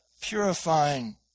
purifying